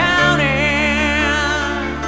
Counting